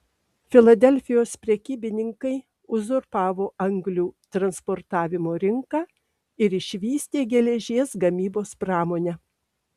filadelfijos prekybininkai uzurpavo anglių transportavimo rinką ir išvystė geležies gamybos pramonę